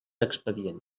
expedient